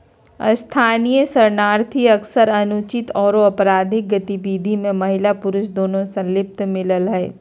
स्थानीय शरणार्थी अक्सर अनुचित आरो अपराधिक गतिविधि में महिला पुरुष दोनों संलिप्त मिल हई